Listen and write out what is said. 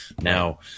Now